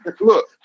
Look